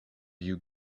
you